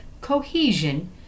cohesion